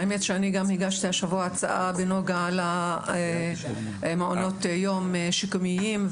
האמת שאני גם הגשתי השבוע הצעה בנוגע למעונות היום השיקומיים,